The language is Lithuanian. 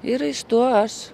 ir iš to aš